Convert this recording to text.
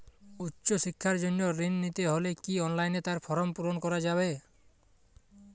উচ্চশিক্ষার জন্য ঋণ নিতে হলে কি অনলাইনে তার ফর্ম পূরণ করা যাবে?